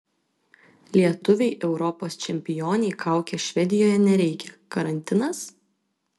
lietuvei europos čempionei kaukės švedijoje nereikia karantinas